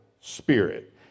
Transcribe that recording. spirit